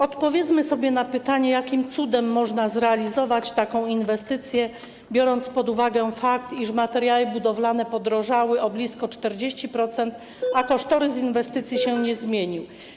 Odpowiedzmy sobie na pytanie, jakim cudem można zrealizować taką inwestycję, biorąc pod uwagę fakt, iż materiały budowlane podrożały o blisko 40%, a kosztorys inwestycji się nie zmienił.